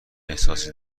احساسی